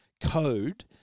code